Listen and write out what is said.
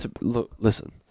listen